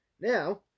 now